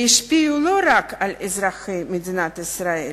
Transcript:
שהשפיעו לא רק על אזרחי מדינת ישראל